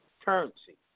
currency